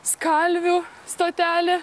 skalvių stotelė